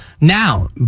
now